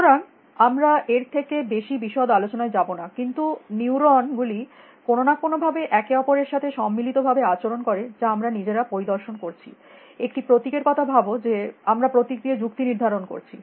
সুতরাং আমরা এর থেকে বেশী বিশদ আলোচনায় যাবনা কিন্তু নিউরন গুলি কোনো না কোনো ভাবে একে অপরের সাথে সম্মিলিত ভাবে আচরণ করে যা আমরা নিজেরা পরিদর্শন করছি একটি প্রতীকের কথা ভাব যে আমরা প্রতীক দিয়ে যুক্তি নির্ধারণ করছি